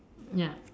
ya